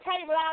table